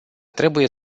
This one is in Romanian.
trebuie